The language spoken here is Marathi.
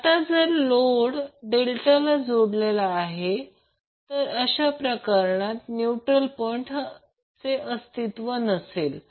आता जर लोड डेल्टा जोडलेला आहे अशा प्रकरणात न्यूट्रल पॉइंट हा अस्तित्वात नसेल